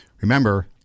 Remember